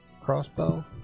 crossbow